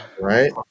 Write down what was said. Right